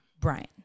Brian